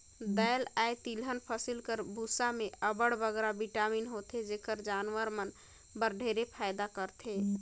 दाएल अए तिलहन फसिल कर बूसा में अब्बड़ बगरा बिटामिन होथे जेहर जानवर मन बर ढेरे फएदा करथे